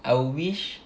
I would wish